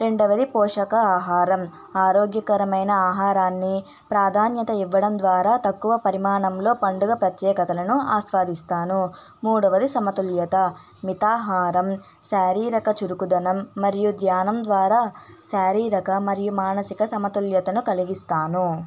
రెండవది పోషక ఆహారం ఆరోగ్యకరమైన ఆహారానికి ప్రాధాన్యత ఇవ్వడం ద్వారా తక్కువ పరిమాణంలో పండుగ ప్రత్యేకతలను ఆస్వాదిస్తాను మూడవది సమతుల్యత మితాహారం శారీరక చురుకుదనం మరియు ధ్యానం ద్వారా శారీరక మరియు మానసిక సమతుల్యతను కలిగిస్తాను